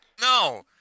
No